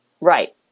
Right